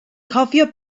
cofio